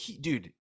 dude